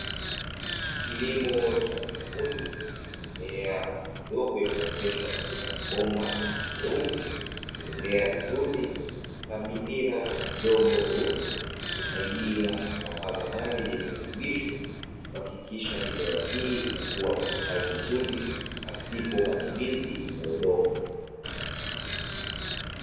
Kilimo cha haidroponi, mimea midogo imeoteshwa katika mabomba meupe, imemea vizuri na mipira midogo meusi husaidia kusambaza maji yenye virutubisho kuhakikisha mimea hii inakua na kustawi vizuri pasipo matumizi ya udongo.